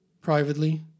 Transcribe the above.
privately